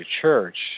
church